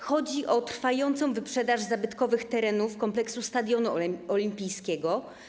Chodzi o trwającą wyprzedaż zabytkowych terenów kompleksu stadionu olimpijskiego.